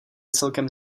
celkem